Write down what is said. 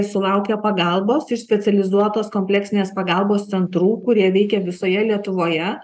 sulaukia pagalbos iš specializuotos kompleksinės pagalbos centrų kurie veikia visoje lietuvoje